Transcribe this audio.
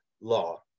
law